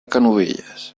canovelles